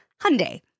Hyundai